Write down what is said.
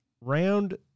Round